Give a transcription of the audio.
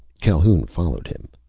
calhoun followed him,